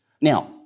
Now